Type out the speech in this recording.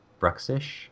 Bruxish